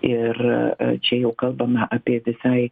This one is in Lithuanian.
ir čia jau kalbame apie visai